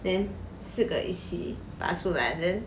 then 四个一起拔出来 then